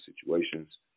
situations